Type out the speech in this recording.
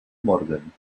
morgan